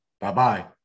Bye-bye